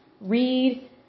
read